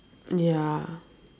ya